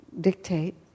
dictate